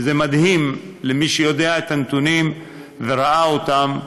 ומי שיודע את הנתונים וראה אותם נדהם.